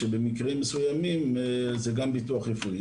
שבמקרים מסויימים זה גם ביטוח רפואי.